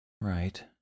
right